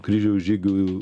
kryžiaus žygių